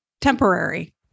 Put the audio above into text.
temporary